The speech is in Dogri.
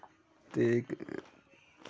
ते